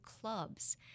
clubs